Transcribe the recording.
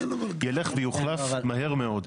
ילך ויוחלף מהר מאוד.